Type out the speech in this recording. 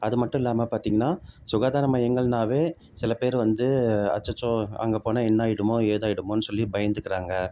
அதுமட்டும் இல்லாமல் பார்த்தீங்கன்னா சுகாதார மையங்கள்னாவே சில பேர் வந்து அச்சச்சோ அங்கே போனால் என்ன ஆகிடுமோ ஏது ஆகிடுமோன்னு சொல்லி பயந்துக்கிறாங்க